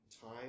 time